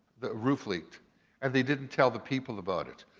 the roof leaked and they didn't tell the people about it.